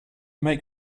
make